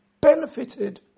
benefited